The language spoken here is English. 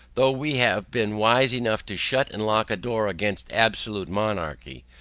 though we have been wise enough to shut and lock a door against absolute monarchy,